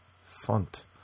font